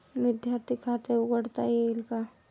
विद्यार्थी खाते उघडता येईल का?